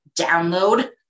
download